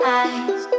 eyes